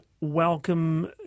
welcome